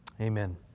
Amen